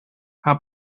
are